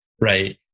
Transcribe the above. right